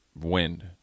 wind